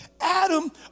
Adam